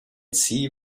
sie